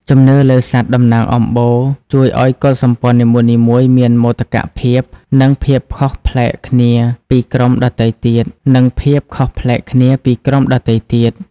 ជំនឿលើសត្វតំណាងអំបូរជួយឱ្យកុលសម្ព័ន្ធនីមួយៗមានមោទកភាព និងភាពខុសប្លែកគ្នាពីក្រុមដទៃទៀត។